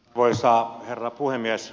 arvoisa herra puhemies